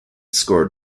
scored